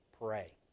Pray